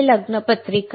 हे लग्नपत्रिका आहे